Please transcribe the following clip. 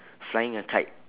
flying a kite